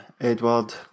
Edward